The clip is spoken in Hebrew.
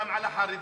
גם על החרדים.